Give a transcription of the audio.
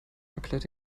erklärt